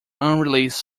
unreleased